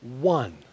one